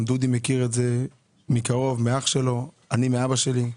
דודי מכיר את זה מקרוב מאח שלו ואני מאבא שלי.